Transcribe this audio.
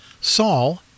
Saul